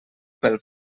pel